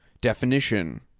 definition